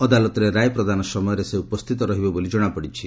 ଅଦାଲତରେ ରାୟ ପ୍ରଦାନ ସମୟରେ ସେ ଉପସ୍ଥିତ ରହିବେ ବୋଲି ଜଣାପଡ଼ିଛି